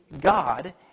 God